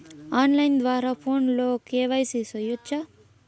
on line ద్వారా ఫోనులో KYC సేయొచ్చా